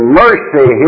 mercy